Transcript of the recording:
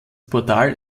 portal